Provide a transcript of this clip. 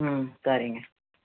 ம் சரிங்க